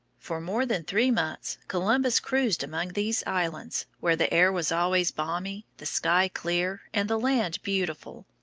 for more than three months columbus cruised among these islands, where the air was always balmy, the sky clear, and the land beautiful.